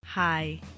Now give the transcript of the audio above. Hi